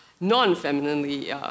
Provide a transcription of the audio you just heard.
non-femininely